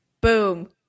boom